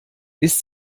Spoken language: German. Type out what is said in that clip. ist